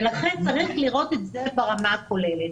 ולכן צריך לראות את זה ברמה כוללת.